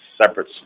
separate